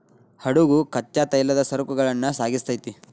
ಹಡಗು ಕಚ್ಚಾ ತೈಲದ ಸರಕುಗಳನ್ನ ಸಾಗಿಸ್ತೆತಿ